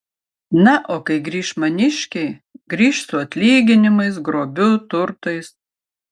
na o kai grįš maniškiai grįš su atlyginimais grobiu turtais